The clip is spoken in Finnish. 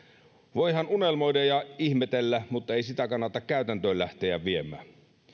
voihan unelmoida ja ihmetellä mutta ei sitä kannata käytäntöön lähteä viemään